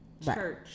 church